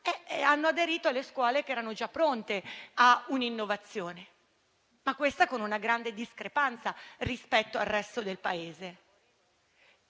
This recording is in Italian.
solo le scuole che erano già pronte a un'innovazione, con una grande discrepanza rispetto al resto del Paese.